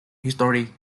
history